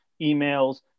emails